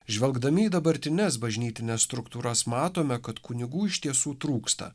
žvelgdami į dabartines bažnytines struktūras matome kad kunigų iš tiesų trūksta